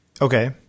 Okay